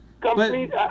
complete